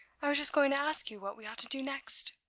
i was just going to ask you what we ought to do next.